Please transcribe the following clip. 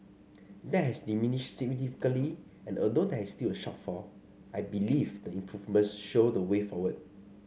that has diminished significantly and although there is still a shortfall I believe the improvements show the way forward